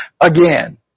again